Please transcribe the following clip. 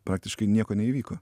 praktiškai nieko neįvyko